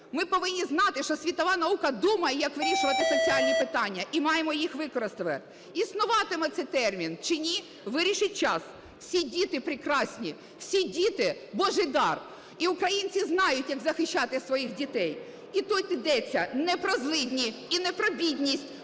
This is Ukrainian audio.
Ми повинні знати, що світова наука думає, як вирішувати соціальні питання, і маємо їх використовувати. Існуватиме цей термін чи ні, вирішить час. Всі діти прекрасні. Всі діти – Божий дар. І українці знають, як захищати своїх дітей. І тут ідеться не про злидні і не про бідність,